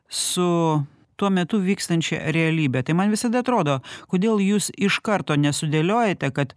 su tuo metu vykstančia realybe tai man visada atrodo kodėl jūs iš karto nesudėliojate kad